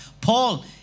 Paul